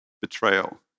betrayal